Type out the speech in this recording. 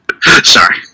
sorry